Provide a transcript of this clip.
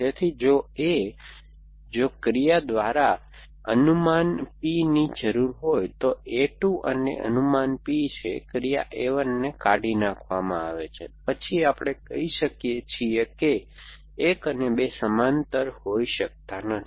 તેથી જો a જો ક્રિયા દ્વારા અનુમાન P જરૂરી હોય તો a 2 અને અનુમાન P છે ક્રિયા a 1 ને કાઢી નાખવામાં આવે છે પછી આપણે કહીએ છીએ કે 1 અને 2 સમાંતર હોઈ શકતા નથી